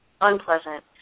unpleasant